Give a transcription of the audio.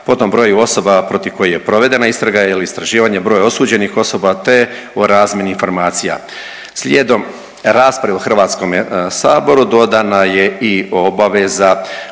potom broju osoba protiv kojih je provedena istraga ili istraživanje broja osuđenih osoba te o razmjeni informacija. Slijedom rasprave u Hrvatskome saboru dodana je i obaveza